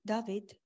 David